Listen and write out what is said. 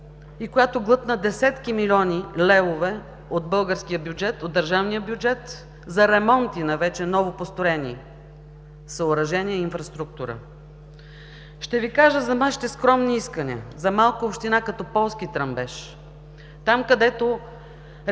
и която глътна десетки милиони лева от българския бюджет, от Държавния бюджет, за ремонти на вече новопостроени съоръжения и инфраструктура. Ще Ви кажа за нашето скромно искане за малка община, като Полски Тръмбеш – там, където